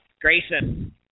Grayson